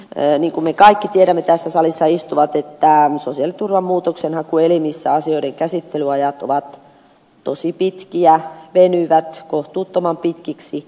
niin kuin me kaikki tässä salissa istuvat tiedämme sosiaaliturvan muutoksenhakuelimissä asioiden käsittelyajat ovat tosi pitkiä venyvät kohtuuttoman pitkiksi